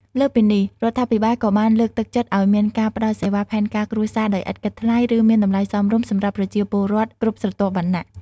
លើសពីនេះ រដ្ឋាភិបាលក៏បានលើកទឹកចិត្តឲ្យមានការផ្តល់សេវាផែនការគ្រួសារដោយឥតគិតថ្លៃ ឬមានតម្លៃសមរម្យសម្រាប់ប្រជាពលរដ្ឋគ្រប់ស្រទាប់វណ្ណៈ។